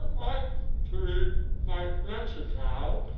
ah like to read my letter now.